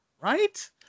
right